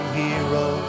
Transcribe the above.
hero